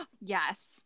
Yes